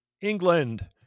england